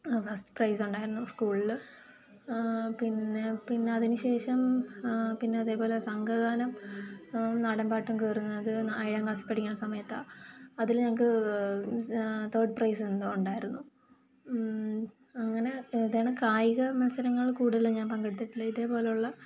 first പ്രൈസുണ്ടായിരുന് സ്കൂളില് പിന്നെ പിന്നെ അതിന് ശേഷം പിന്നെ അതേപോലെ സംഘഗാനം നാടൻ പാട്ടും കയറുന്നത് ഏഴാംക്ലാസിൽ പഠിക്കുന്ന സമയത്ത അതില് ഞങ്ങൾക്ക് തേഡ് പ്രൈസ് എന്തോ ഉണ്ടായിരുന്നു അങ്ങനെ ഏതാണ് കായിക മത്സരങ്ങള് കൂടുതല് ഞാൻ പങ്കെടുത്തില്ല ഇതെപോലെ ഉള്ള